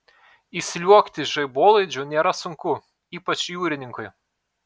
įsliuogti žaibolaidžiu nėra sunku ypač jūrininkui